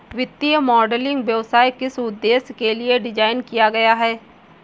वित्तीय मॉडलिंग व्यवसाय किस उद्देश्य के लिए डिज़ाइन किया गया है?